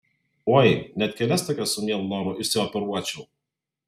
oi net kelias tokias su mielu noru išsioperuočiau